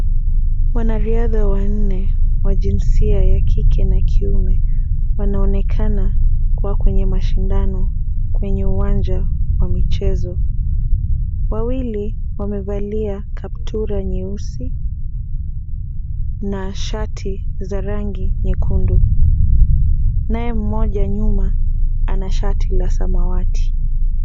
Wanariadha wanne wa jinsia ya kike na kiume wanaonekana kuwa kwenye mashindano kwenye uwanja wa michezo. Wawili wamevalia kaptura nyeusi na shati za rangi nyekundu. Naye mmoja nyuma ana shati la samawati.